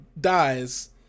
dies